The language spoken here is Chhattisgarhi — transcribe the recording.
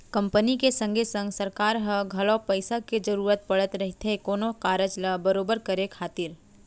कंपनी के संगे संग सरकार ल घलौ पइसा के जरूरत पड़त रहिथे कोनो कारज ल बरोबर करे खातिर